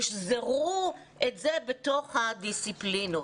והם ישזרו את זה בתוך הדיסציפלינות.